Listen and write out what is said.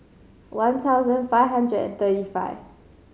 one thousand five hundred and thirty five